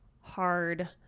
hard –